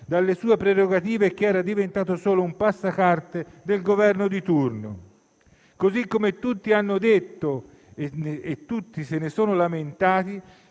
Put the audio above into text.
dalle sue prerogative, diventando solo un passacarte del Governo di turno. Allo stesso modo tutti hanno detto - e tutti se ne sono lamentati